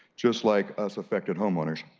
just like us affected homeowners.